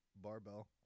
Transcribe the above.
barbell